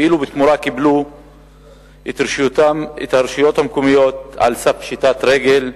ובתמורה הם קיבלו רשויות מקומיות על סף פשיטת רגל,